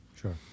Sure